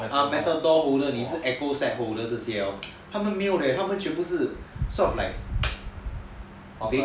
ah metadoor holder echoset holder 这些 hor 他们没有 leh 他们全部是 sort of like